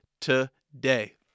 today